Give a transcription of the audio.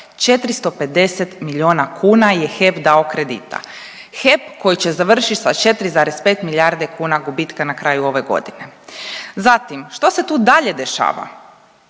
450 milijuna kuna je HEP dao kredita. HEP koji će završiti sa 4,5 milijardi kuna gubitka na kraju ove godine. Zatim što se tu dalje dešava?